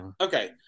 okay